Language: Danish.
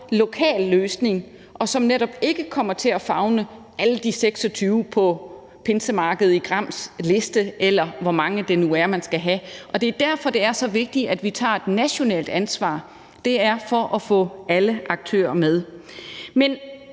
lokal løsning, og som netop ikke kommer til at favne alle de 26 på listen i forhold til pinsemarkedet i Gram, eller hvor mange det nu er man skal have, og det er derfor, det er så vigtigt, at vi tager et nationalt ansvar, altså for at få alle aktører med. Men